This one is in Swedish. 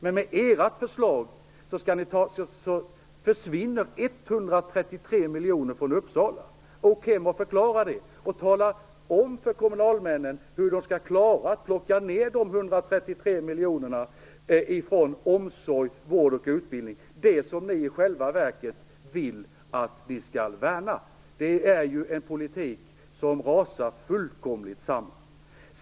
Men med ert förslag försvinner 133 miljoner för Uppsala. Åk hem och förklara det, och tala också om för kommunalmännen hur de skall klara att plocka bort de just det som ni i själva verket vill att de skall värna! Det är en politik som fullkomligt rasar samman.